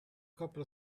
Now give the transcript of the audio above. couple